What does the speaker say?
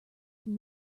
from